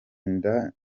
nda